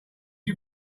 you